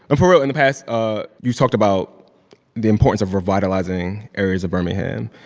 but for real, in the past, ah you've talked about the importance of revitalizing areas of birmingham.